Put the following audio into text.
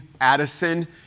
Addison